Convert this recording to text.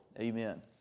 Amen